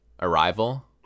Arrival